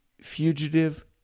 Fugitive